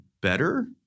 better